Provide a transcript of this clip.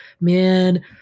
man